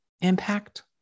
impact